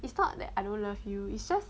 it's not that I don't love you it's just